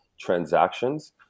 transactions